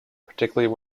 particularly